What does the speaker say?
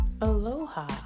Aloha